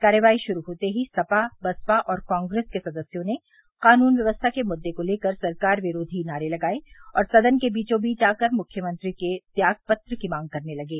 कार्यवाही शुरू होते ही सपा बसपा और कांग्रेस के सदस्यों ने कानून व्यवस्था के मुददे को तेकर सरकार विरोधी नारे लगाये और सदन के बीचोबीच आकर मुख्यमंत्री के त्यागपत्र की मांग करने लगे